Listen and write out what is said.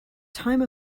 time